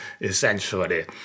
essentially